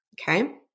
okay